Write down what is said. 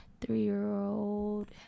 three-year-old